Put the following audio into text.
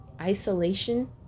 isolation